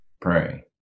pray